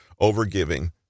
overgiving